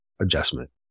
adjustment